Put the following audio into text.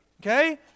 Okay